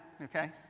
okay